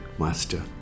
master